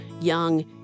young